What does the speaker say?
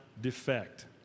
defect